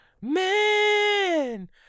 Man